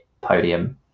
podium